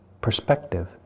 perspective